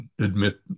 admit